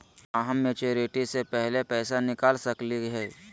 का हम मैच्योरिटी से पहले पैसा निकाल सकली हई?